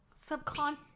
subcon